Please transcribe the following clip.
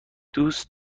دوست